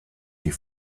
die